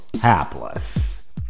hapless